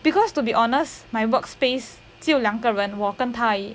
because to be honest my workspace 只有两个人我跟他而已